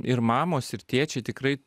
ir mamos ir tėčiai tikrai